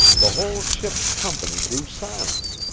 the whole ship's company grew silent,